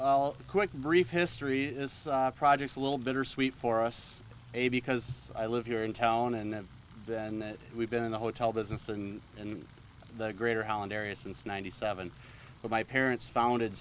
a quick brief history is projects a little bittersweet for us a because i live here in town and then we've been in the hotel business and in the greater holland area since ninety seven when my parents founded